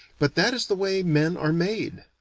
but that is the way men are made.